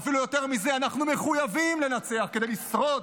ואפילו יותר מזה, אנחנו מחויבים לנצח כדי לשרוד,